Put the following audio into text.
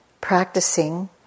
practicing